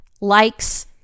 likes